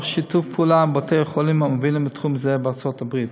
בשיתוף פעולה עם בתי-החולים המובילים בתחום הזה בארצות הברית.